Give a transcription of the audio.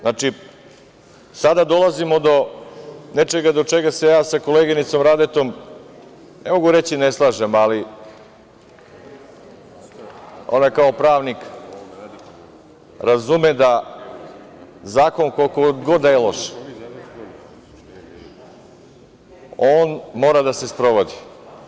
Znači, sada dolazimo do nečega oko čega se ja sa koleginicom Radetom, ne mogu reći ne slažem, ali ona kao pravnik razume da zakon koliko god da je loš, on mora da se sprovodi.